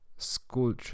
School